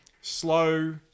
slow